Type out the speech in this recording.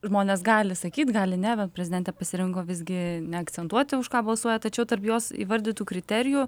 žmonės gali sakyt gali ne bet prezidentė pasirinko visgi neakcentuoti už ką balsuoja tačiau tarp jos įvardytų kriterijų